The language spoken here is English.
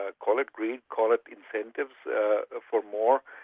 ah call it greed, call it incentives ah for more,